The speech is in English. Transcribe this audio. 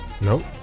Nope